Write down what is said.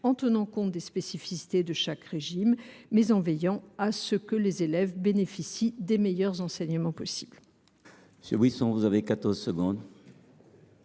en tenant compte des spécificités de chaque régime, mais en veillant à ce que les élèves bénéficient des meilleurs enseignements possible.